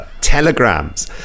telegrams